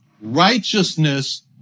righteousness